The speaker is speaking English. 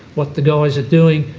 what the guys are doing,